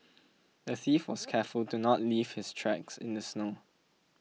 the thief was careful to not leave his tracks in the snow